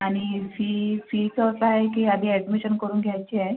आणि फी फीचं काय आधी ॲडमिशन करून घ्यायची आहे